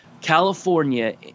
California